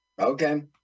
Okay